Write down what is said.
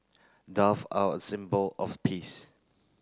dove are a symbol of peace